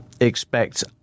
expect